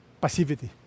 passivity